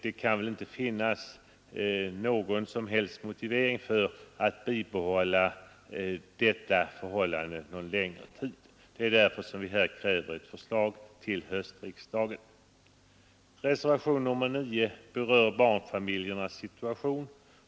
Det kan inte finnas någon som helst motivering för att bibehålla ett sådant förhållande någon längre tid. Detta är anledningen till att vi kräver förslag till höstriksdagen i den frågan. Reservationen 9 berör barnfamiljernas situation.